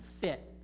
fit